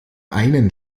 einen